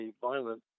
violent